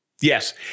Yes